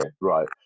Right